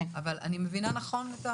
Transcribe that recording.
אני מבינה נכון?